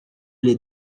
lhe